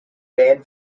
fan